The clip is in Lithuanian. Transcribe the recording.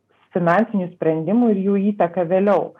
finansinių sprendimų ir jų įtaką vėliau